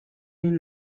این